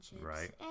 Right